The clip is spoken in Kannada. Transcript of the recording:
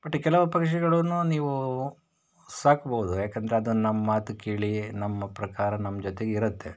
ಬಟ್ ಕೆಲವು ಪಕ್ಷಿಗಳನ್ನು ನೀವು ಸಾಕ್ಬೋದು ಯಾಕಂದರೆ ಅದು ನಮ್ಮ ಮಾತು ಕೇಳಿ ನಮ್ಮ ಪ್ರಕಾರ ನಮ್ಮ ಜೊತೆಗೆ ಇರುತ್ತೆ